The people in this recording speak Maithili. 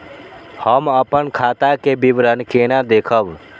हम अपन खाता के विवरण केना देखब?